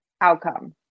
outcome